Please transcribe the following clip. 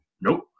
Nope